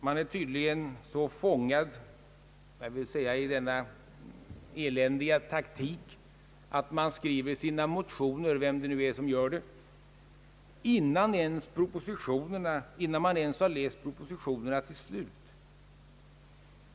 Man är tydligen så fångad i denna eländiga taktik att man skriver sina motioner — vem det nu är som gör det — innan man ens har läst propositionerna till slut.